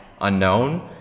unknown